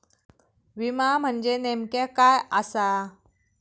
विमा म्हणजे नेमक्या काय आसा?